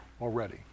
already